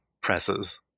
presses